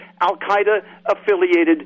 al-Qaeda-affiliated